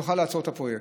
תוכל לעצור את הפרויקט.